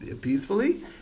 peacefully